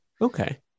Okay